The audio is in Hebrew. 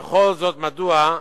וכל זאת מדוע,